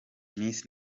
miss